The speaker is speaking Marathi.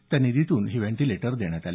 त्यानिधीतून हे व्हेंटीलेटर देण्यात आले